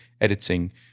editing